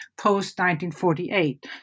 post-1948